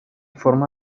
forma